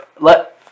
let